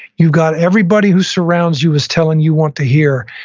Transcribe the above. you've got everybody who surrounds you is telling you want to hear,